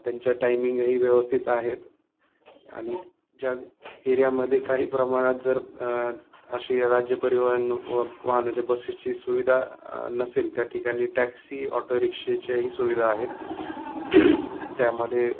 त्यांच्या टायमिंगही व्यवस्थित आहेत आणि ज्या एरियामध्ये काही प्रमाणात जर अशी राज्य परिवहन व वाहनाच्या बसेसची सुविधा नसेल त्या ठिकाणी टॅक्सी ऑटोरिक्षेच्याही सुविधा आहेत त्यामध्ये